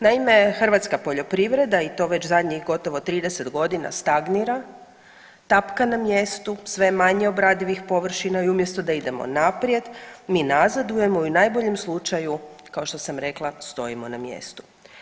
Naime, hrvatska poljoprivreda i to već zadnjih trideset godina stagnira, tapka na mjestu, sve manje je obradivih površina i umjesto da idemo naprijed mi nazadujemo i u najboljem slučaju kao što sam rekla stojimo na mjestu.